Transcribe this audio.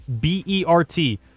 B-E-R-T